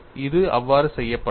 அது அவ்வாறு செய்யப்படவில்லை